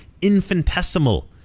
infinitesimal